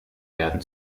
werden